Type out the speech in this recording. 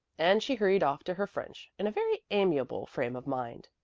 and she hurried off to her french in a very amiable frame of mind.